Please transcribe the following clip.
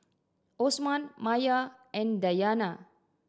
Osman Maya and Dayana